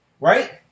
Right